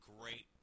great